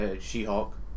She-Hulk